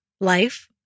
life